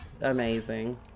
amazing